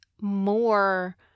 more